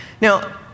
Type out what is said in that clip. Now